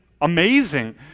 Amazing